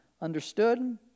Understood